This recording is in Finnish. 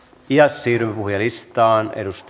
ja siirrymme puhujalistaan